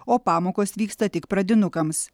o pamokos vyksta tik pradinukams